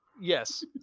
yes